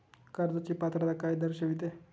कर्जाची पात्रता काय दर्शविते?